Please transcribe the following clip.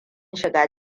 shiga